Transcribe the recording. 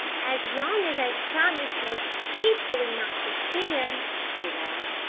as long as i've promised most faithfully not to see him, she laughed,